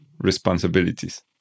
responsibilities